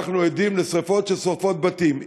אנחנו עדים לשרפות ששורפות בתים.